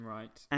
Right